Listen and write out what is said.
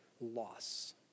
loss